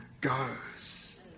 goes